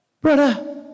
Brother